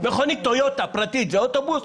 מכונית טויוטה פרטית זה אוטובוס?